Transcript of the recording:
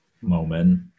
moment